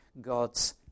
God's